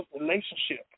relationship